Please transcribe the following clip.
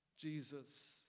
Jesus